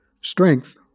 Strength